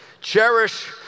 Cherish